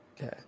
Okay